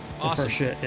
awesome